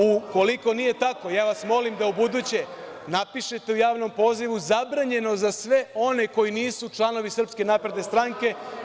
Ukoliko nije tako, ja vas molim da ubuduće napišete u javnom pozivu – zabranjeno za sve one koji nisu članovi SNS.